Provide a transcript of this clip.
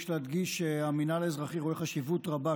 יש להדגיש שהמינהל האזרחי רואה חשיבות רבה,